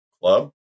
club